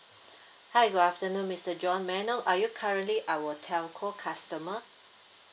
hi good afternoon mister john may I know are you currently our telco customer